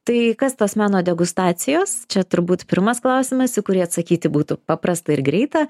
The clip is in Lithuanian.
tai kas tos meno degustacijos čia turbūt pirmas klausimas į kurį atsakyti būtų paprasta ir greita